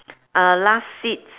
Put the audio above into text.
uh last seats